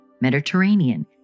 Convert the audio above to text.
Mediterranean